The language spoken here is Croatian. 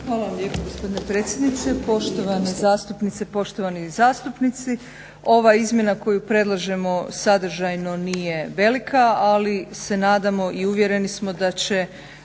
Hvala vam lijepo gospodine predsjedniče, poštovane zastupnice, poštovani zastupnici. Ova izmjena koju predlažemo sadržajno nije velika ali se nadamo i uvjereni smo da će